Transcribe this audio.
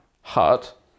Hut